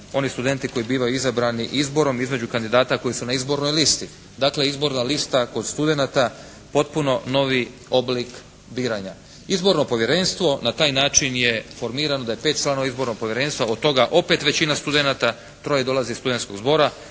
oni studenti koji bivaju izabrani izborom između kandidata koji su na izbornoj listi. Dakle izborna lista kod studenata potpuno novi oblik biranja. Izborno povjerenstvo na taj način je formirano, da je pet članova izbornog povjerenstva od toga opet većina studenata, troje dolaze iz Studentskog zbora,